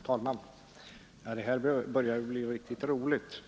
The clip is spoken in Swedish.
Herr talman! Det här börjar bli riktigt roligt.